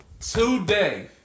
today